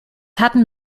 hatten